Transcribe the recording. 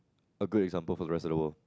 a good example for the rest of the world